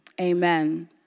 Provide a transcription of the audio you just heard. Amen